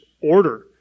order